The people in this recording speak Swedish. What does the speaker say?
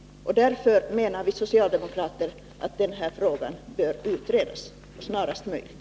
Därför menar vi socialdemokrater att den här frågan bör utredas snarast möjligt.